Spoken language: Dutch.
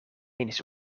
eens